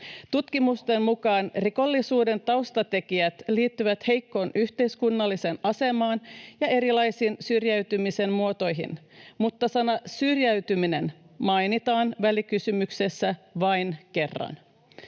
Tutkimusten mukaan rikollisuuden taustatekijät liittyvät heikkoon yhteiskunnalliseen asemaan ja erilaisiin syrjäytymisen muotoihin, mutta sana ”syrjäytyminen” mainitaan välikysymyksessä vain kerran.